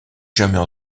jamais